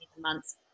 months